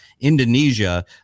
Indonesia